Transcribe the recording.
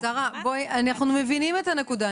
שרה, אנחנו מבינים את הנקודה.